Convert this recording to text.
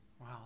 wow